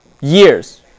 years